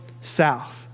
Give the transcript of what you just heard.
south